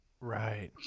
Right